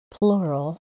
plural